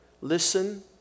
listen